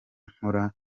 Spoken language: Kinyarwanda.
nkora